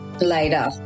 Later